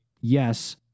yes